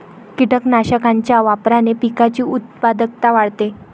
कीटकनाशकांच्या वापराने पिकाची उत्पादकता वाढते